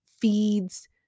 feeds